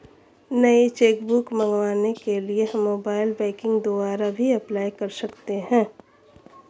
नई cheque book मंगवाने के लिए हम मोबाइल बैंकिंग द्वारा भी अप्लाई कर सकते है